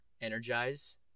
energize